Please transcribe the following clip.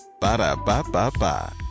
Ba-da-ba-ba-ba